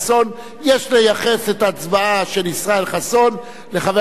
יש לייחס את ההצבעה של ישראל חסון לחבר הכנסת מקלב.